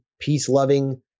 peace-loving